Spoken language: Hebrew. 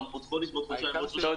עוד חודש ועוד חודשיים ועוד שלושה חודשים.